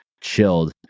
chilled